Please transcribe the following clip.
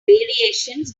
variations